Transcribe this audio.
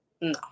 No